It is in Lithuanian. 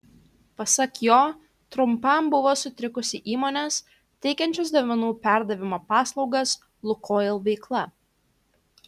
pasak jo trumpam buvo sutrikusi įmonės teikiančios duomenų perdavimo paslaugas lukoil veikla